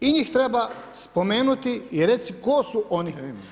I njih treba spomenuti i reći tko su oni.